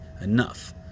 enough